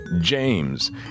James